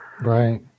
right